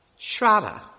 Shraddha